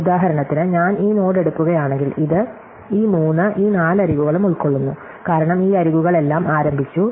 ഉദാഹരണത്തിന് ഞാൻ ഈ നോഡ് എടുക്കുകയാണെങ്കിൽ ഇത് ഈ മൂന്ന് ഈ നാല് അരികുകളും ഉൾക്കൊള്ളുന്നു കാരണം ഈ അരികുകളെല്ലാം ആരംഭിച്ചു